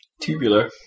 Tubular